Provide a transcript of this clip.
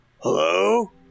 Hello